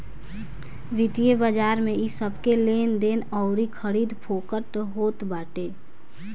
वित्तीय बाजार में इ सबके लेनदेन अउरी खरीद फोक्त होत बाटे